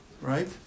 right